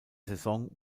saison